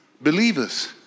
Believers